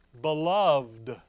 beloved